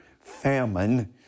famine